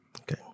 Okay